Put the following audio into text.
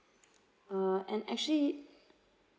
uh and actually